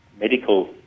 medical